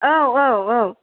औ औ औ